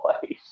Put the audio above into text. place